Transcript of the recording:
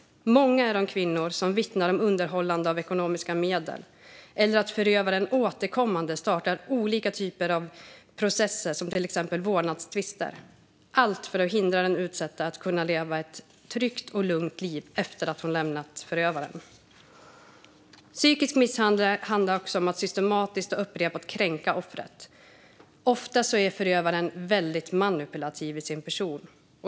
Många kvinnor vittnar om undanhållande av ekonomiska medel eller om att förövaren återkommande startar olika typer av processer, till exempel vårdnadstvister - allt för att hindra den utsatta att leva ett tryggt och lugnt liv efter att ha lämnat förövaren. Psykisk misshandel handlar också om att systematiskt och upprepat kränka offret. Ofta är förövaren en väldigt manipulativ person.